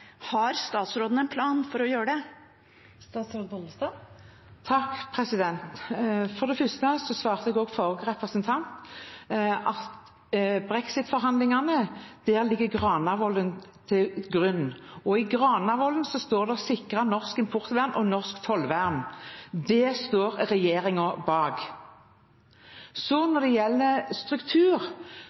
Har statsråden en plan for å gjøre det? For det første svarte jeg tidligere at når det gjelder brexit-forhandlingene, ligger Granavolden-erklæringen til grunn. I Granavolden-erklæringen står det at vi skal sikre norsk importvern og norsk tollvern. Det står regjeringen bak. Når det gjelder struktur,